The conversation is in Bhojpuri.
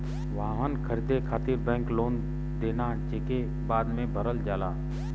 वाहन खरीदे खातिर बैंक लोन देना जेके बाद में भरल जाला